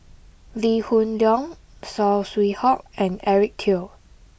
Lee Hoon Leong Saw Swee Hock and Eric Teo